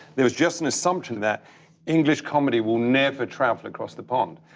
there was just an assumption that english comedy will never travel across the pond.